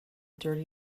dirty